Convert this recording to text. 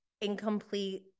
incomplete